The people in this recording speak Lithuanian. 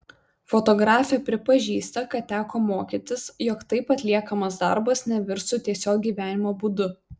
fotografė pripažįsta kad teko mokytis jog taip atliekamas darbas nevirstų tiesiog gyvenimo būdu